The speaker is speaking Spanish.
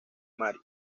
mary